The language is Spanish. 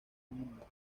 mundo